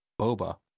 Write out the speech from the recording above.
Boba